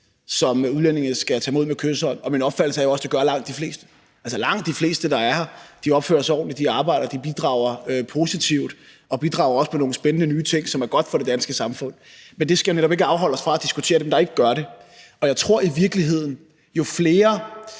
som udlændinge skal tage imod med kyshånd, og min opfattelse er jo også, at det gør langt de fleste. Langt de fleste, der er her, opfører sig ordentligt. De arbejder, de bidrager positivt og bidrager også med nogle spændende nye ting, som er gode for det danske samfund. Men det skal netop ikke afholde os fra at diskutere dem, der ikke gør det. Og jeg tror i virkeligheden, at jo flere